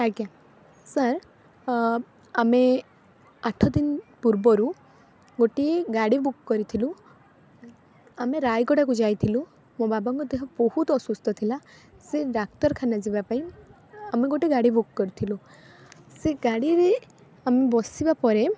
ଆଜ୍ଞା ସାର୍ ଆମେ ଆଠ ଦିନ ପୂର୍ବରୁ ଗୋଟିଏ ଗାଡ଼ି ବୁକ୍ କରିଥିଲୁ ଆମେ ରାୟଗଡ଼ାକୁ ଯାଇଥିଲୁ ମୋ ବାବାଙ୍କ ଦେହ ବହୁତ ଅସୁସ୍ଥ ଥିଲା ସେ ଡ଼ାକ୍ତରଖାନା ଯିବାପାଇଁ ଆମେ ଗୋଟେ ଗାଡ଼ି ବୁକ୍ କରିଥିଲୁ ସେ ଗାଡ଼ିରେ ଆମେ ବସିବା ପରେ